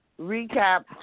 recap